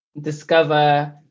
discover